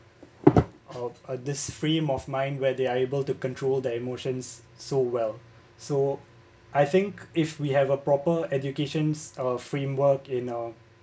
uh this frame of mind where they are able to control their emotions so well so I think if we have a proper education's uh framework in a